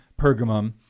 Pergamum